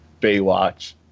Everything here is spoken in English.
Baywatch